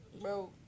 Bro